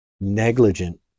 negligent